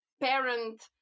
parent